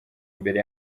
imbere